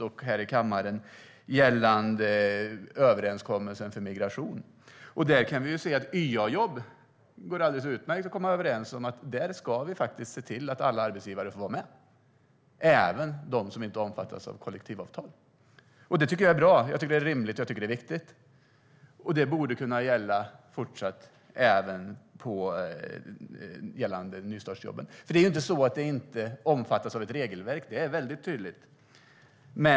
Vi har diskuterat frågorna både i utskott och här i kammaren. YA-jobb går det alldeles utmärkt att komma överens om. Där ska vi se till att alla arbetsgivare får vara med, även de som inte omfattas av kollektivavtal. Det tycker jag är bra. Jag tycker att det är rimligt och viktigt. Det borde kunna gälla fortsatt även för nystartsjobben. Det är inte så att de inte omfattas av ett regelverk, för det är tydligt.